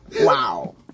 Wow